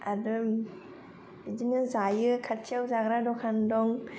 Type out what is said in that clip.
आरो बिदिनो जायो खाथियाव जाग्रा दखान दं